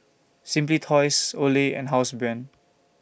Simply Toys Olay and Housebrand